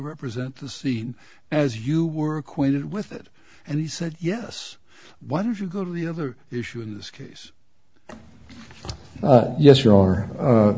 represent the scene as you were acquainted with it and he said yes why did you go to the other issue in this case yes you are